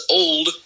old